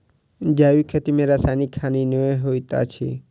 जैविक खेती में रासायनिक हानि नै होइत अछि